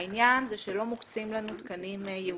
העניין זה שלא מוקצים לנו תקנים ייעודיים